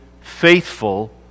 faithful